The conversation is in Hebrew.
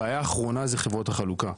הבעיה האחרונה זה חברות החלוקה,